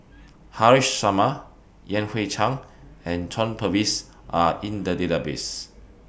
Haresh Sharma Yan Hui Chang and John Purvis Are in The Database